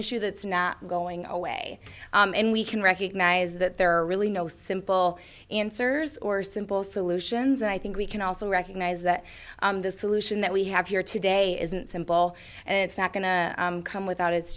issue that's not going away and we can recognize that there are really no simple answers or simple solutions and i think we can also recognize that the solution that we have here today isn't simple and it's not going to come without its